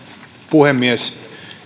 puhemies